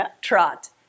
trot